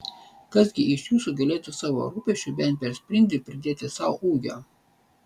kas gi iš jūsų galėtų savo rūpesčiu bent per sprindį pridėti sau ūgio